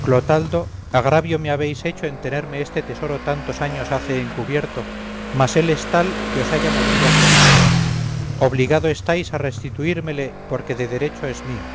clotaldo agravio me habéis hecho en tenerme este tesoro tantos años hace encubierto mas él es tal que os haya movido a codicia obligado estáis a restituírmele porque de derecho es mío